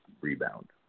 rebound